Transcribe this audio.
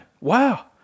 Wow